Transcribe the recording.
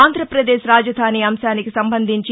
ఆంధ్రప్రదేశ్ రాజధాని అంశానికి సంబంధించి